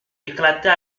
éclata